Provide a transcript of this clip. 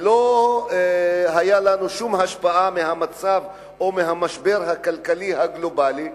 ולא היתה אצלנו שום השפעה של המצב או המשבר הכלכלי הגלובלי,